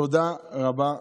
תודה רבה לכם.